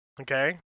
okay